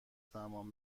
تمام